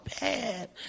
bad